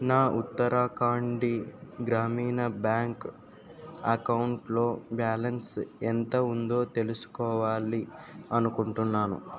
నా ఉత్తరాఖాండి గ్రామీణ బ్యాంక్ అకౌంట్లో బ్యాలన్స్ ఎంత ఉందో తెలుసుకోవాలి అనుకుంటున్నాను